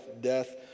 death